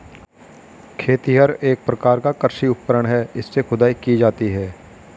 खेतिहर एक प्रकार का कृषि उपकरण है इससे खुदाई की जाती है